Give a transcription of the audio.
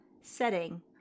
setting